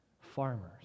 Farmers